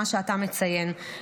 מה שאתה מציין,